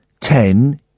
ten